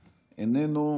איננו.